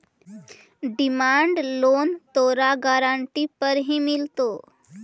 demand loan तोरा guarantee पर ही मिलतो